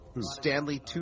Stanley